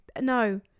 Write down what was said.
No